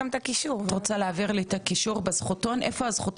איפה הזכותון הזה נמצא בכיס שלהם של העובדים הזרים?